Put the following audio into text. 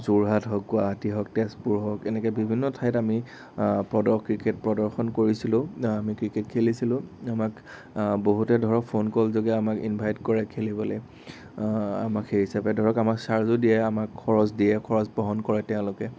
যোৰহাট হক গুৱাহাটী হক তেজপুৰ হক এনেকে বিভিন্ন ঠাইত আমি ক্ৰিকেট প্ৰদৰ্শন কৰিছিলোঁ আমি ক্ৰিকেট খেলিছিলোঁ আমাক বহুতে ধৰক ফোন কল যোগে আমাক ইনভাইট কৰে খেলিবলে আমাক সেই হিচাপে ধৰক আমাক ছাৰ্জো দিয়ে আমাক খৰচ দিয়ে খৰচ বহন কৰে তেওঁলোকে